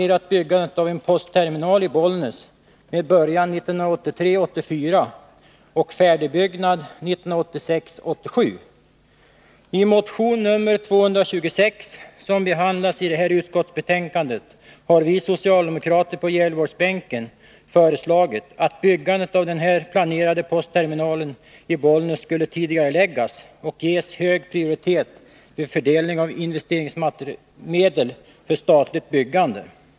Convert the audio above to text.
I motion nr 226, som behandlas i det här utskottsbetänkandet, har vi socialdemokrater på Gävleborgsbänken föreslagit att byggandet av den planerade postterminalen i Bollnäs skall tidigareläggas och ges hög prioritet vid fördelning av investeringsmedel för statligt byggande.